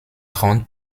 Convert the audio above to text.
grande